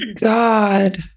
God